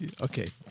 Okay